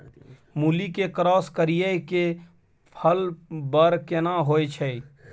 मूली के क्रॉस करिये के फल बर केना होय छै?